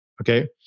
Okay